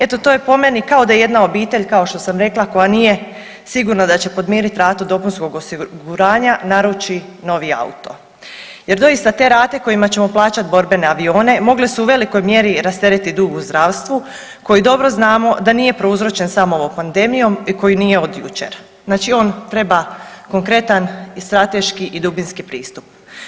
Eto to je po meni kao da jedna obitelj kao što sam rekla koja nije sigurna da će podmirit ratu dopunskog osiguranja naruči novi auto jer doista te rate kojima ćemo plaćati borbene avione mogle su u velikoj mjeri rasteretit dug u zdravstvu koji dobro znamo da nije prouzročen samo ovom pandemijom i koji nije od jučer, znači on treba konkretan i strateški i dubinski pristup.